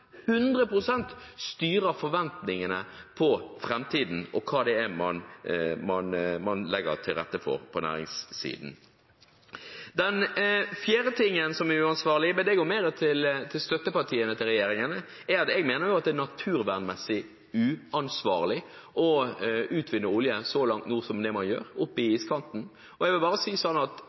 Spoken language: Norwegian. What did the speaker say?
styrer forventningene ut fra framtiden og hva det er man legger til rette for på næringssiden. Det fjerde som er uansvarlig – men det går mer til støttepartiene til regjeringen – er, mener jeg, at det er naturvernmessig uansvarlig å utvinne olje så langt nord som det man gjør, i iskanten. Jeg vil bare si at jeg forstår ikke at